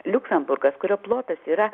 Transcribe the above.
liuksemburgas kurio plotas yra